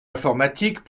informatiques